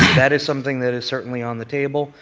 that is something that is certainly on the table.